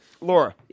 Laura